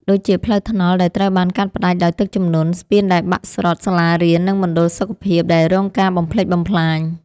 ដូចជាផ្លូវថ្នល់ដែលត្រូវបានកាត់ផ្ដាច់ដោយទឹកជំនន់ ស្ពានដែលបាក់ស្រុត សាលារៀន និងមណ្ឌលសុខភាពដែលរងការបំផ្លិចបំផ្លាញ។